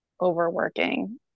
overworking